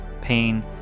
pain